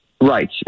Right